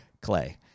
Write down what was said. clay